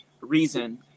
reason